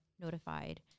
notified